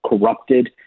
corrupted